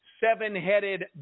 seven-headed